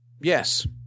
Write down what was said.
Yes